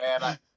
man